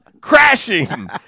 crashing